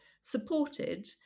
supported